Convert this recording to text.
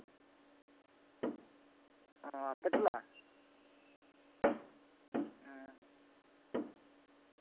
ᱚ ᱟᱯᱮ ᱴᱚᱞᱟ ᱮᱸ